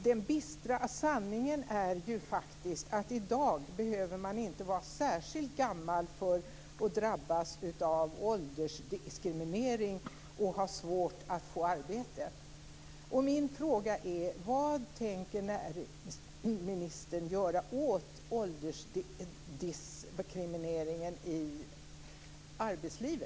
Den bistra sanningen är ju faktiskt att i dag behöver man inte vara särskilt gammal för att drabbas av åldersdiskriminering och ha svårt att få arbete.